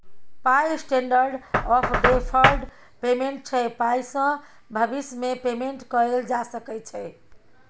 पाइ standard of deferred payment छै पाइसँ भबिस मे पेमेंट कएल जा सकै छै